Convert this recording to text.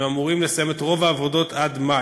הם אמורים לסיים את רוב העבודות עד מאי.